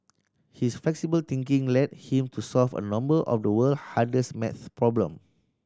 his flexible thinking led him to solve a number of the world hardest maths problem